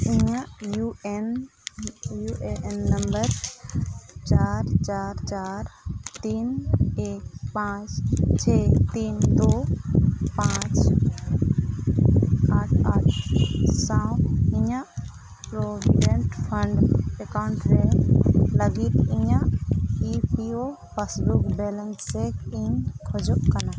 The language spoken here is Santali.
ᱤᱧᱟᱹᱜ U A N U A N number ᱪᱟᱨ ᱪᱟᱨ ᱪᱟᱨ ᱛᱤᱱ ᱮᱠ ᱯᱟᱸᱪ ᱪᱷᱮᱭ ᱛᱤᱱ ᱫᱩ ᱯᱟᱸᱪ ᱟᱴ ᱟᱴ ᱥᱟᱶ ᱤᱧᱟ ᱜ ᱯᱨᱚᱵᱷᱤᱰᱮᱱᱴ ᱯᱷᱟᱱᱰ ᱮᱠᱟᱣᱩᱱᱴ ᱨᱮ ᱞᱟᱹᱜᱤᱫ ᱤᱧᱟᱹᱜ E P F O passbook balance check ᱤᱧ ᱠᱷᱚᱡᱚᱜ ᱠᱟᱱᱟ